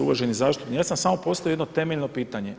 Uvaženi zastupniče, ja sam samo postavio jedno temeljno pitanje.